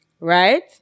right